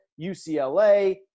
UCLA